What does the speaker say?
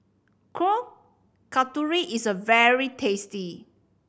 Kuih Kasturi is a very tasty